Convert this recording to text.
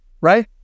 right